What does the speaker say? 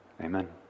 Amen